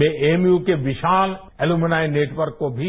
मैं एएमयू के विशाल एल्यूमुनाय नेटवर्क को भी